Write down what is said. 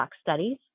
studies